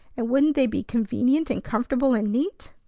and wouldn't they be convenient and comfortable and neat?